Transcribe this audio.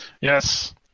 Yes